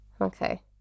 Okay